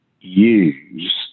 use